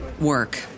work